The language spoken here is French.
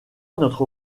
notre